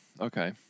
Okay